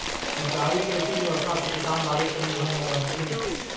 सिंचाई के उचित व्यवस्था से किसान बारिश पर निर्भर न रहतथिन